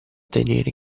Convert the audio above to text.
tenere